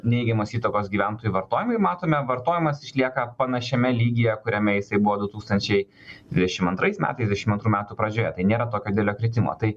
neigiamos įtakos gyventojų vartojimui matome vartojimas išlieka panašiame lygyje kuriame jisai buvo du tūkstančiai dvidešim antrais metais dvidešim antrų metų pradžioje tai nėra tokio didelio kritimo tai